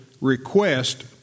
request